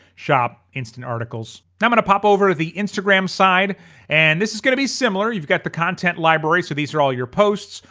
shop, instant articles. now i'm gonna pop over to the instagram side and this is gonna be similar. you've got the content library. so these are all your posts,